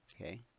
okay